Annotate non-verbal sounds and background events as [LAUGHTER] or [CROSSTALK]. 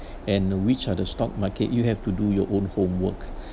and which are the stock market you have to do your own homework [BREATH]